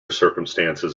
circumstances